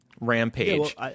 rampage